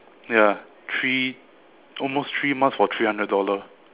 ya three almost three months for three hundred dollar